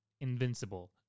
invincible